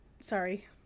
Sorry